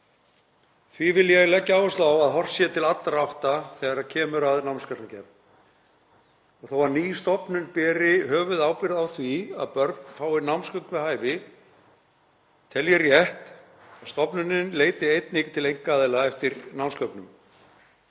Því vil ég leggja áherslu á að horft sé til allra átta þegar kemur að námsgagnagerð. Þó að ný stofnun beri höfuðábyrgð á því að börn fái námsgögn við hæfi tel ég rétt að stofnunin leiti einnig til einkaaðila eftir námsgögnum.